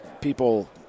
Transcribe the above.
people